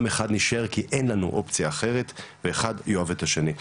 עם אחד נשאר כי אין לנו אופציה אחרת ואחד יאהב את השני.